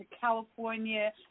California